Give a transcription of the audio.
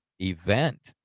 event